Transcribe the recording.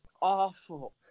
awful